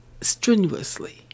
strenuously